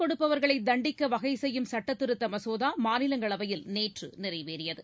கொடுப்பவர்களைதண்டிக்கவகைசெய்யும் சட்டத்திருத்தமசோதாமாநிலங்களவையில் லஞ்சம் நேற்றுநிறைவேறியது